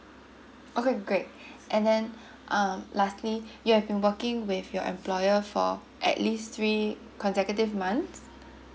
okay great and then um lastly you have been working with your employer for at least three consecutive months